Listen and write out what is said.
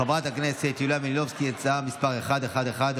חברת הכנסת יוליה מלינובסקי, בבקשה.